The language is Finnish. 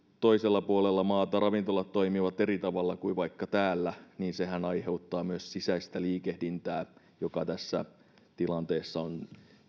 toisella puolella maata ravintolat toimivat eri tavalla kuin vaikka täällä niin sehän aiheuttaa myös sisäistä liikehdintää mikä tässä tilanteessa on